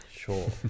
Sure